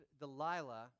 Delilah